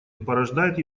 порождает